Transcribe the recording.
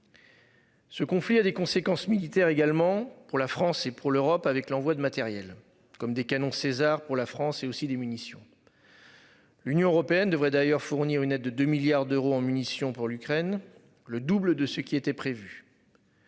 Ce conflit a des conséquences militaires également pour la France et pour l'Europe avec l'envoi de matériel comme des canons Caesar. Pour la France et aussi des munitions. L'Union européenne devrait d'ailleurs fournir une aide de 2 milliards d'euros en munitions pour l'Ukraine, le double de ce qui était prévu.